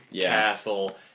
castle